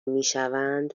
میشوند